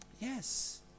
Yes